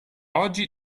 oggi